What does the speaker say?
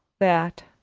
that,